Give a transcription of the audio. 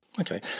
Okay